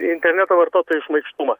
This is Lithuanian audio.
interneto vartotojų šmaikštumą